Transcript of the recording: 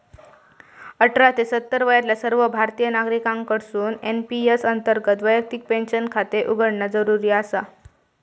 अठरा ते सत्तर वयातल्या सर्व भारतीय नागरिकांकडसून एन.पी.एस अंतर्गत वैयक्तिक पेन्शन खाते उघडणा जरुरी आसा